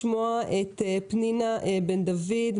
פנינה בן דוד,